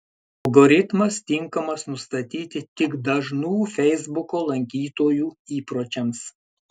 algoritmas tinkamas nustatyti tik dažnų feisbuko lankytojų įpročiams